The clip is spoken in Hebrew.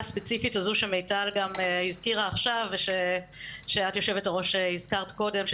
הזו שמיטל גם הזכירה עכשיו ושאת יושבת הראש הזכרת כבר קודם,